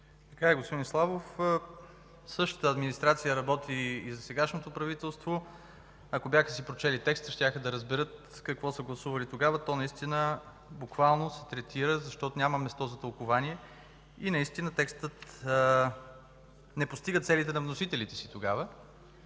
Така е, господин Славов. Същата администрация работи и за сегашното правителство. Ако бяха си прочели текста, щяха да разберат какво са гласували тогава. То наистина буквално се третира, защото няма място за тълкувание. Наистина текстът не постига целите на вносителите си тогава.